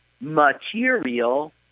material